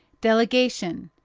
delegation,